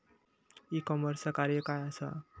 E कॉमर्सचा कार्य काय असा?